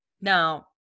Now